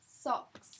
socks